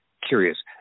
curious